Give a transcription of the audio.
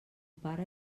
pare